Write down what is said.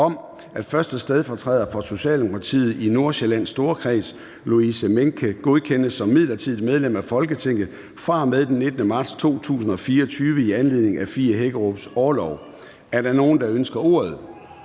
om, at 1. stedfortræder for Socialdemokratiet i Nordsjællands Storkreds, Louise Mehnke, godkendes som midlertidigt medlem af Folketinget fra og med den 19. marts 2024 i anledning af Fie Hækkerups orlov. Er der nogen, der ønsker ordet?